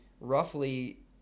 roughly